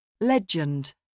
Legend